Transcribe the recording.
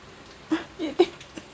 yeah